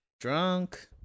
Drunk